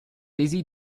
easy